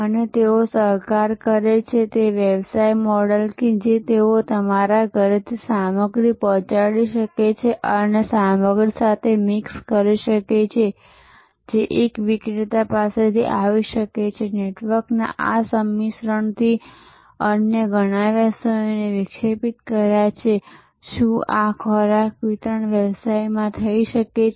અને તેઓ સહકાર કરે છે તે વ્યવસાય મોડલ કે જે તેઓ તમારા ઘરેથી સામગ્રી પહોંચાડી શકે છે અને તે સામગ્રી સાથે મિક્સ કરી શકે છે જે એક વિક્રેતા પાસેથી આવી શકે છે નેટવર્કના આ સંમિશ્રણથી અન્ય ઘણા વ્યવસાયોને વિક્ષેપિત કર્યા છે શું આ ખોરાક વિતરણ વ્યવસાયમાં થઈ શકે છે